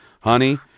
Honey